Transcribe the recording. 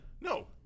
No